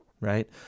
right